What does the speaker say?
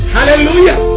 Hallelujah